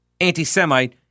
anti-Semite